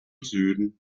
süden